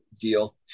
deal